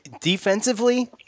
defensively